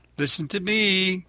listen to me.